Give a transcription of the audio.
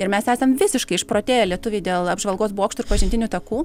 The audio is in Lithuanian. ir mes esam visiškai išprotėję lietuviai dėl apžvalgos bokštų ir pažintinių takų